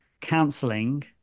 counseling